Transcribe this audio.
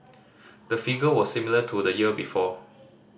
the figure was similar to the year before